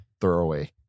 throwaway